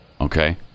Okay